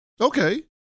Okay